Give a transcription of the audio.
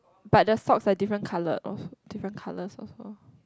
but the socks are different colour of different colours also